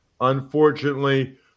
unfortunately